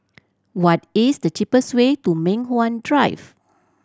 what is the cheapest way to Mei Hwan Drive